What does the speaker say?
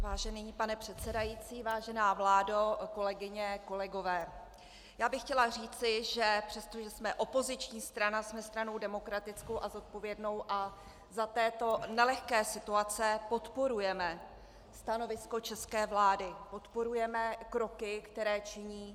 Vážený pane předsedající, vážená vládo, kolegyně, kolegové, já bych chtěla říci, že přestože jsme opoziční strana, jsme stranou demokratickou a zodpovědnou a za této nelehké situace podporujeme stanovisko české vlády, podporujeme kroky, které činí.